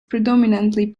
predominantly